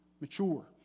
mature